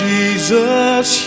Jesus